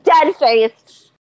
dead-faced